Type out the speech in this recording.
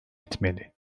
etmeli